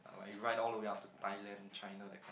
like you ride all the way up to Thailand China that kind